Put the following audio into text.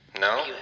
No